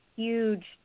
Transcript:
huge